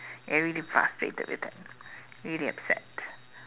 ya really frustrated with that really upset